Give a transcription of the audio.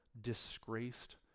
disgraced